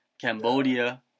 Cambodia